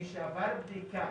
מי שעבר בדיקה,